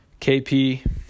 KP